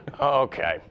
Okay